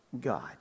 God